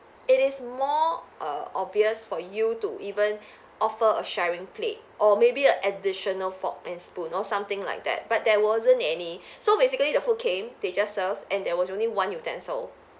it is more err obvious for you to even offer a sharing plate or maybe a additional fork and spoon or something like that but there wasn't any so basically the food came they just serve and there was only one utensil